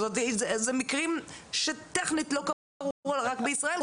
אלו מקרים שטכנית לא קרו רק בישראל,